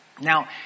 Now